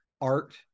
art